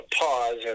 pause